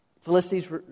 Felicity's